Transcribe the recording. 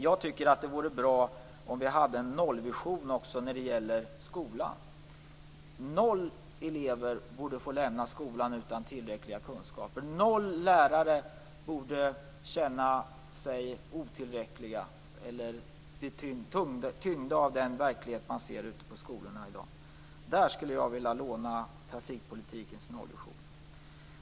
Jag tycker att det vore bra om vi hade en nollvision också när det gäller skolan. Inga elever borde få lämna skolan utan tillräckliga kunskaper. Inga lärare borde känna sig otillräckliga eller tyngda av den verklighet de ser ute i skolorna. Där skulle jag vilja låna trafikpolitikens nollvision.